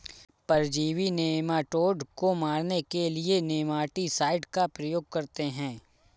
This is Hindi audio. परजीवी नेमाटोड को मारने के लिए नेमाटीसाइड का प्रयोग करते हैं